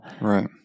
Right